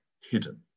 hidden